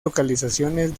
localizaciones